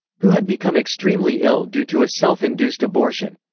who had become extremely ill due to a self-induced abortion.